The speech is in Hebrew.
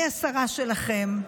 אני השרה שלכם,